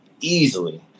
easily